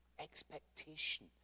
Expectation